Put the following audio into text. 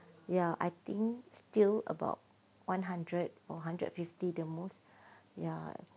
ya I think still about one hundred or hundred fifty the most ya